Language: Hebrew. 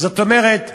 זאת אומרת,